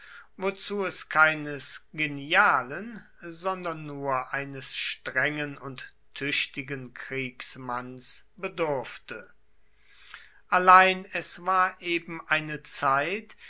wozu es keines genialen sondern nur eines strengen und tüchtigen kriegsmanns bedurfte allein es war eben eine zeit